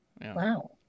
wow